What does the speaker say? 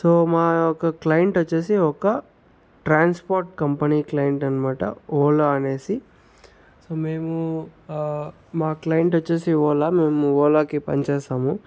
so మా యొక్క client వచ్చేసి ఒక ట్రాన్స్పోర్ట్ కంపెనీ క్లైంట్ అనమాట ఓలా అనేసి సో మేమూ మా క్లైంట్ వచ్చేసి ఓలా మేము ఓలాకి పని చేస్తాము